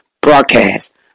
broadcast